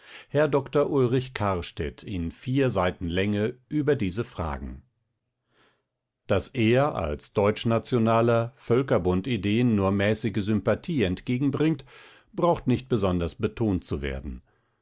herr dr ulrich kahrstedt in vier seiten länge über diese fragen daß er als deutschnationaler völkerbundideen nur mäßige sympathie entgegenbringt braucht nicht besonders betont zu werden